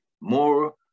more